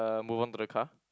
uh move on to the car